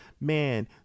man